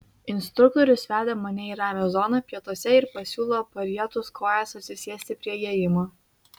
instruktorius veda mane į ramią zoną pietuose ir pasiūlo parietus kojas atsisėsti prie įėjimo